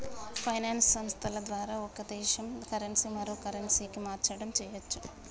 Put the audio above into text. finance సంస్థల ద్వారా ఒక దేశ కరెన్సీ మరో కరెన్సీకి మార్చడం చెయ్యచ్చు